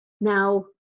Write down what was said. Now